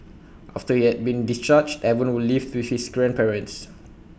after he had been discharged Evan will live with his grandparents